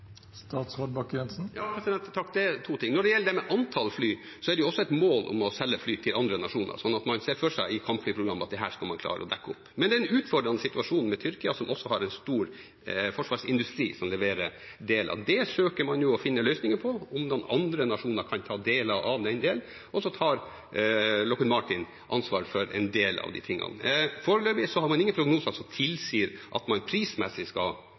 to ting. Når det gjelder antall fly, er det også et mål å selge fly til andre nasjoner, så man ser for seg i kampflyprogrammet at dette skal man klare å dekke opp. Men det er en utfordrende situasjon med Tyrkia, som også har en stor forsvarsindustri som leverer deler. Det søker man nå å finne løsninger på, om noen andre nasjoner kan ta deler av dette, og så tar Lockheed Martin ansvaret for en del av disse tingene. Foreløpig har man ingen prognoser som tilsier at det prismessig skal